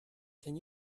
can